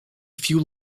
few